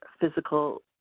physical